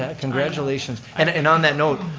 ah congratulations, and and on that note,